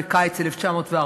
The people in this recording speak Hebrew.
בקיץ 1914,